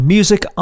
Music